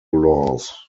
laws